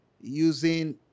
using